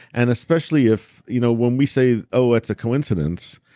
and especially if. you know when we say, oh, it's a coincidence.